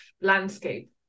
landscape